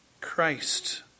Christ